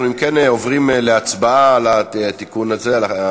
אם כן, אנחנו עוברים להצבעה על תיקון הטעות.